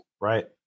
Right